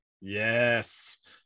yes